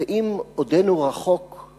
ואם עודנו רחוק,/